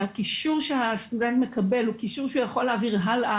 שהקישור שהסטודנט מקבל הוא קישור שהוא יכול להעביר הלאה